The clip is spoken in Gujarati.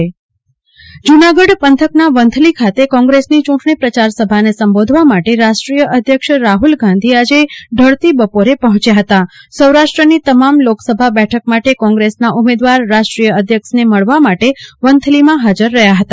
કલ્પના શાહ્ અધ્યક્ષ વંથલી સભા ભુજ જૂનાગઢ પંથકના વંથલી ખાતે કોંગ્રેસની ચૂંટણી પ્રચાર સભાને સંબોધવા માટે રાષ્ટ્રીય અધ્યક્ષ રાહ્લ ગાંધી આજે ઢળતી બપોર પહોચ્યા હતા સૌરાષ્ટ્રની તમામ લોકસભા બેઠક માટે કોંગ્રેસના ઉમેદવાર રાષ્ટ્રીય અધ્યક્ષને મળવા માટે વંથલીમાં હાજર રહ્યા હતા